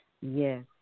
Yes